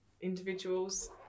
individuals